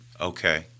Okay